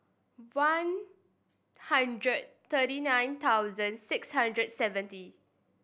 one hundred thirty nine thousand six hundred seven